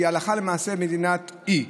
שהיא הלכה למעשה מדינת אי,